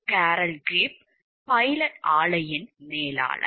curl கெப் pilot ஆலையின் மேலாளர்